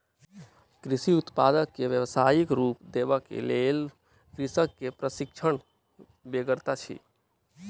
कृषि उत्पाद के व्यवसायिक रूप देबाक लेल कृषक के प्रशिक्षणक बेगरता छै